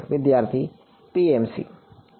વિદ્યાર્થી પી